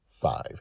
five